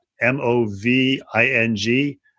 M-O-V-I-N-G